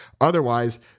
Otherwise